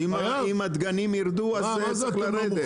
אם הדגנים ירדו, אז זה צריך לרדת.